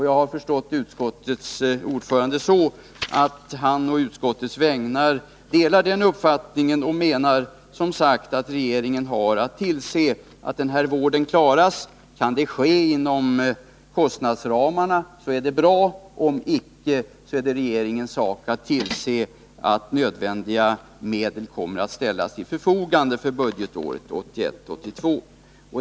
Jag har förstått utskottets ordförande så, att han och utskottet delar den uppfattningen och att han, som sagt, menar att regeringen har att tillse att en sådan vård kan upprätthållas. Om detta kan ske inom de angivna kostnadsramarna, är det bra — om icke, är det regeringens sak att tillse att nödvändiga medel kommer att ställas till förfogande för budgetåret 1981/82.